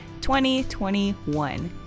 2021